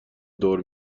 دور